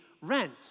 rent